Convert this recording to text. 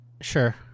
sure